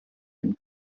and